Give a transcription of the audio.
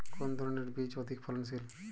কোন ধানের বীজ অধিক ফলনশীল?